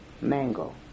mango